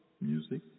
music